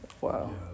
Wow